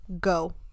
Go